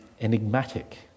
enigmatic